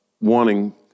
wanting